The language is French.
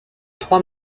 trois